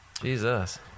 Jesus